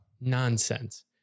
nonsense